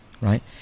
right